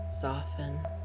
soften